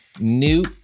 New